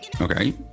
Okay